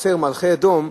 בחצר מלכי אדום,